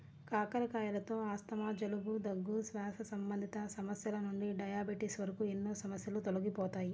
కాకరకాయలతో ఆస్తమా, జలుబు, దగ్గు, శ్వాస సంబంధిత సమస్యల నుండి డయాబెటిస్ వరకు ఎన్నో సమస్యలు తొలగిపోతాయి